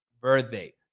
birthday